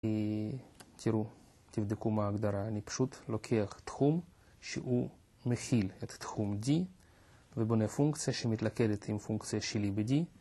תראו, תבדקו מה ההגדרה, אני פשוט לוקח תחום שהוא מכיל את תחום D ובונה פונקציה שמתלכדת עם פונקציה שלי ב-D